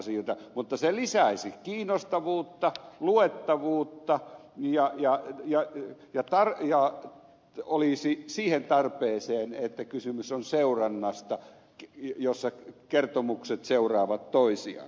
mutta se lisäisi kiinnostavuutta luettavuutta ja olisi siihen tarpeeseen että kysymys on seurannasta jossa kertomukset seuraavat toisiaan